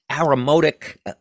aromatic